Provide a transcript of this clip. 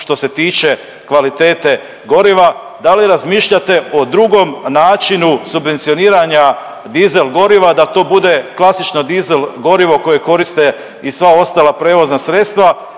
što se tiče kvalitete goriva. Da li razmišljate o drugom načinu subvencioniranja dizel goriva da to bude klasično dizel gorivo koje koriste i sva ostala prevozna sredstva,